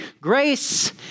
Grace